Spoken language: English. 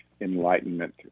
enlightenment